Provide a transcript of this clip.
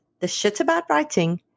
theshitaboutwriting